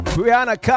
Brianna